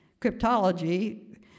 cryptology